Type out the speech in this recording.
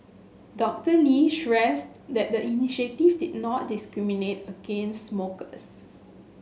Doctor Lee stressed that the initiative did not discriminate against smokers